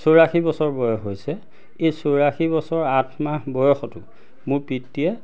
চৌৰাশী বছৰ বয়স হৈছে এই চৌৰাশী বছৰ আঠ মাহ বয়সতো মোৰ পিতৃয়ে